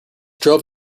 drove